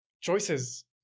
choices